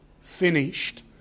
finished